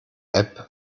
app